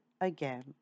again